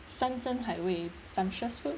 san zhen hai wei sumptuous food